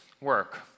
work